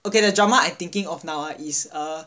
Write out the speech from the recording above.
okay the drama I thinking of now ah is uh